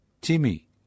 Timmy